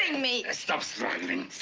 me! stop struggling.